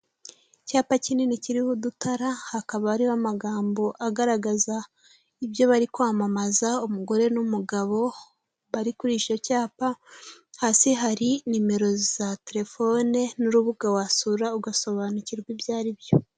Icyapa kinini kiriho udutara, hakaba hariho amagambo agaragaza ibyo bari kwamamaza, umugore n'umugabo bari kuri icyo cyapa, hasi hari nimero za terefone n'urubuga wasura ugasobanukirwa ibyo ari byo.